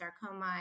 sarcoma